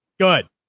Good